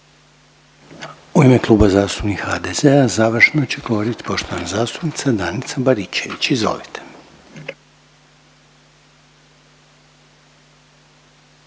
U ime Kluba zastupnika HDZ-a završno će govoriti poštovana zastupnica Danica Baričević, izvolite.